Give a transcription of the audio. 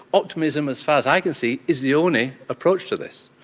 optimism, as far as i can see, is the only approach to this.